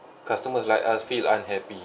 customers like us feel unhappy